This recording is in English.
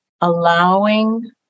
allowing